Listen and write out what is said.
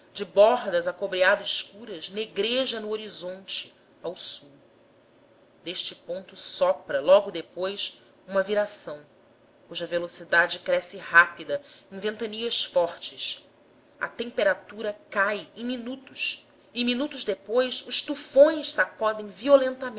bordas acobreado escuras negreja no horizonte ao sul deste ponto sopra logo depois uma viração cuja velocidade cresce rápida em ventanias fortes a temperatura cai em minutos e minutos depois os tufões sacodem